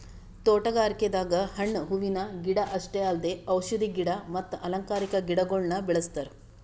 ತೋಟಗಾರಿಕೆದಾಗ್ ಹಣ್ಣ್ ಹೂವಿನ ಗಿಡ ಅಷ್ಟೇ ಅಲ್ದೆ ಔಷಧಿ ಗಿಡ ಮತ್ತ್ ಅಲಂಕಾರಿಕಾ ಗಿಡಗೊಳ್ನು ಬೆಳೆಸ್ತಾರ್